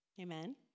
Amen